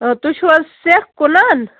آ تُہۍ چھُو حظ سٮ۪کھ کٕنان